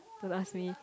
don't ask me